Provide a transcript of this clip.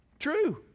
true